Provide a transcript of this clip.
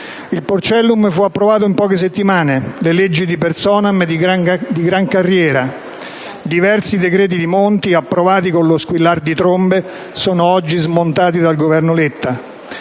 il "porcellum" fu approvato in poche settimane; le leggi *ad personam* di gran carriera; diversi decreti di Monti, approvati con lo squillar di trombe, sono oggi smontati dal Governo Letta.